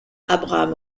abraham